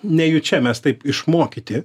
nejučia mes taip išmokyti